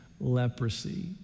leprosy